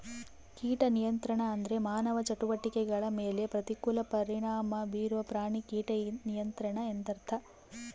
ಕೀಟ ನಿಯಂತ್ರಣ ಅಂದ್ರೆ ಮಾನವ ಚಟುವಟಿಕೆಗಳ ಮೇಲೆ ಪ್ರತಿಕೂಲ ಪರಿಣಾಮ ಬೀರುವ ಪ್ರಾಣಿ ಕೀಟ ನಿಯಂತ್ರಣ ಅಂತರ್ಥ